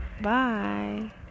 Bye